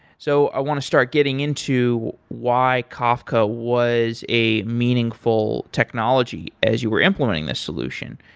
so i want to start getting into why kafka was a meaningful technology as you were implementing the solution.